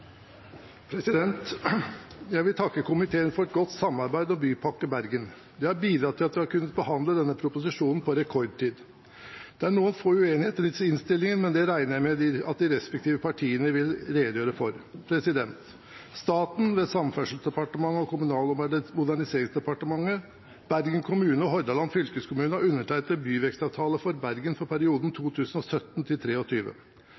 Jeg vil takke komiteen for et godt samarbeid om Bypakke Bergen. Det har bidratt til at vi har kunnet behandle denne proposisjonen på rekordtid. Det er noen få uenigheter i innstillingen, men det regner jeg med at de respektive partiene vil redegjøre for. Staten, ved Samferdselsdepartementet og Kommunal- og moderniseringsdepartementet, Bergen kommune og Hordaland fylkeskommune har undertegnet en byvekstavtale for Bergen for perioden 2017–2023. For å sikre midler til